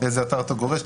באיזה אתר אתה גולש.